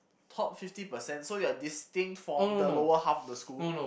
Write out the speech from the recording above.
top fifty percent so you are distinct from the lower half of the school